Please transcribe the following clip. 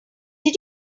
did